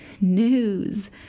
news